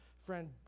Friend